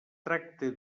tracte